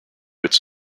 its